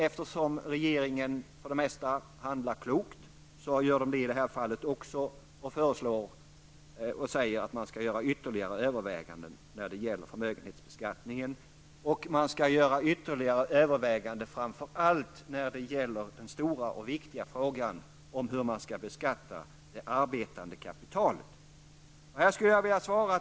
Eftersom regeringen för det mesta handlar klokt gör man det också här och säger att det skall göras ytterligare överväganden beträffande förmögenhetsbeskattningen och ytterligare överväganden framför allt vad gäller den stora och viktiga frågan om hur det arbetande kapitalet skall beskattas.